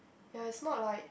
ya it's not like